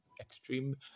extreme